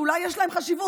שאולי יש להם חשיבות,